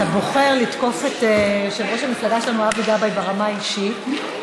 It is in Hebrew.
בוחר לתקוף את יושב-ראש המפלגה שלנו אבי גבאי ברמה האישית.